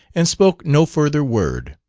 and spoke no further word.